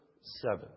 seven